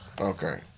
Okay